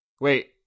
Wait